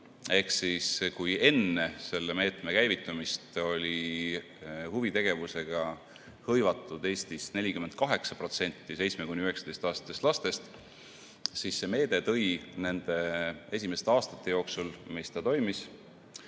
Kui enne selle meetme käivitamist oli huvitegevusega hõlmatud Eestis 48% 7–19–aastastest lastest, siis see meede tõi esimeste aastate jooksul, kui ta toimis,